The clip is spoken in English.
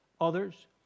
others